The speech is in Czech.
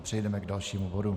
A přejdeme k dalšímu bodu.